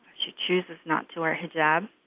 she chooses not to wear a hijab